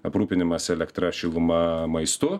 aprūpinimas elektra šiluma maistu